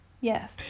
Yes